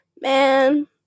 Man